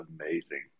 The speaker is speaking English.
amazing